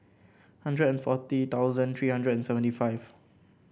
hundred and forty thousand three hundred and seventy five